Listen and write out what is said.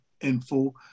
info